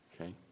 Okay